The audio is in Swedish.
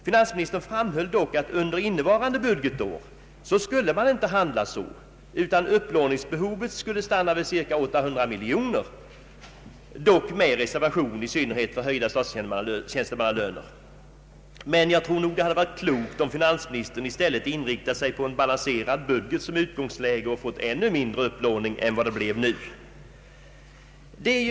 Finansministern framhöll dock att man under innevarande budgetår inte skulle handla så, utan upplåningsbehovet skulle stanna vid cirka 800 miljoner kronor, dock med reservation i synnerhet för höjda statstjänstemannalöner. Det hade nog varit klokt om finansministern inriktat sig på en balanserad budget som utgångsläge och upplåningen blivit ännu mindre.